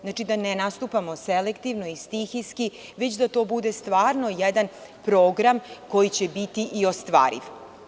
Znači, da ne nastupamo selektivno i stihijski, već da to bude stvarno jedan program koji će biti i ostvariv.